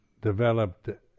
developed